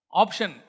option